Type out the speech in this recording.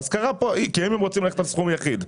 זה אם הם רוצים ללכת על סכום אחיד.